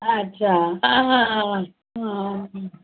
अच्छा हा हा हा हा